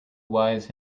wise